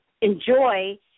enjoy